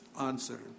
answer